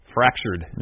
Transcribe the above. Fractured